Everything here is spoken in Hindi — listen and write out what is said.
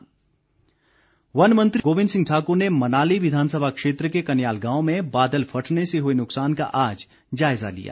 गोविंद ठाकुर वन मंत्री गोविंद सिंह ठाकुर ने मनाली विधानसभा क्षेत्र के कन्याल गांव में बादल फटने से हए नुकसान का आज जायज़ा लिया